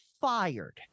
fired